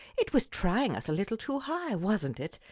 it was trying us a little too high, wasn't it?